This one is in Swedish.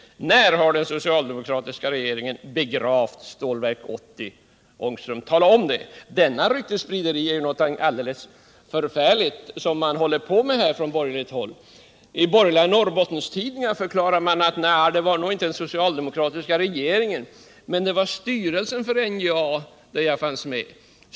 Men när har den socialdemokratiska regeringen ”begravt” Stålverk 80, Rune Ångström? Tala om det! Detta ryktessprideri som man här håller på med från borgerligt håll är ju någonting alldeles förfärligt. I borgerliga Norrbottenstidningar framställer man saken så, att det nog inte var den socialdemokratiska regeringen som sade nej till Stålverk 80, utan det var styrelsen för NJA där jag fanns med.